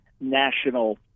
national